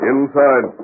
Inside